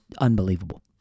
unbelievable